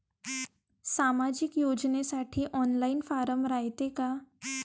सामाजिक योजनेसाठी online form रायते का?